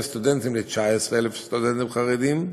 סטודנטים ל-19,000 סטודנטים חרדים,